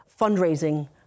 fundraising